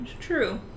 True